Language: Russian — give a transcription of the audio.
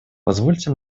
позвольте